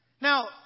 Now